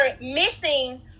missing